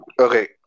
Okay